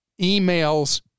emails